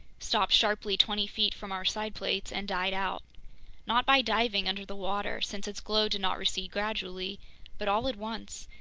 stopped sharply twenty feet from our side plates, and died out not by diving under the water, since its glow did not recede gradually but all at once,